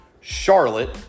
Charlotte